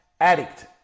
addict